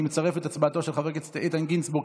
אני מצרף את הצבעתו של חבר הכנסת איתן גינזבורג